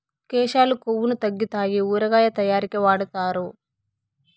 కేశాలు కొవ్వును తగ్గితాయి ఊరగాయ తయారీకి వాడుతారు